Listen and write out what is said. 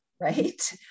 right